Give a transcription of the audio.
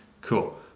cool